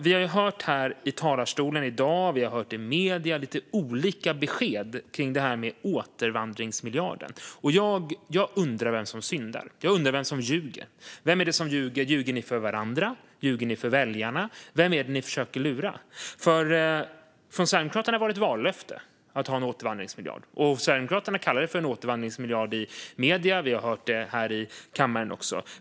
Vi har här i talarstolen i dag och i medierna hört lite olika besked kring detta med återvandringsmiljarden. Jag undrar vem som syndar - vem som ljuger. Ljuger ni för varandra? Ljuger ni för väljarna? Vem är det ni försöker lura? Från Sverigedemokraternas sida var återvandringsmiljarden ett vallöfte. De kallade det för en återvandringsmiljard i medierna, och vi har hört det även här i kammaren.